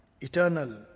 Eternal